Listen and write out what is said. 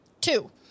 Two